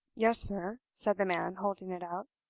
yes, sir, said the man, holding it out.